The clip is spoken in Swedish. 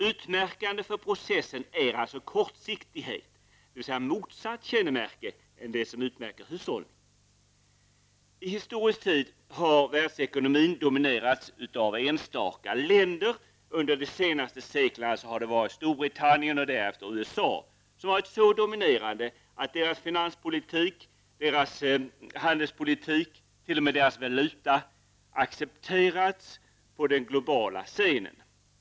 Utmärkande för processen är kortsiktighet, dvs. motsatt kännemärke än det som utmärker hushållning. I historisk tid har världsekonomin dominerats av enstaka länder; under de senaste seklerna har det varit Storbritannien och därefter USA som varit så dominerande att deras finanspolitik, deras handelspolitik, ja, t.o.m. deras valuta accepterats på den globala scenen.